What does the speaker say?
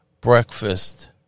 breakfast